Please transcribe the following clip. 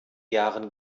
jahren